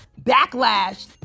backlash